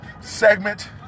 segment